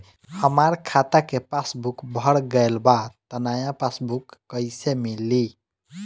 हमार खाता के पासबूक भर गएल बा त नया पासबूक कइसे मिली?